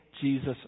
Jesus